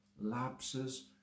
lapses